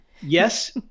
Yes